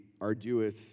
arduous